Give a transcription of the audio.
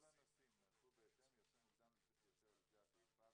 כל הנוסעים נערכו בהתאם ויצאו מוקדם יותר לשדה התעופה,